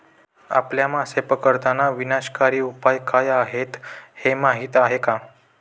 आपल्या मासे पकडताना विनाशकारी उपाय काय आहेत हे माहीत आहे का?